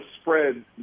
spread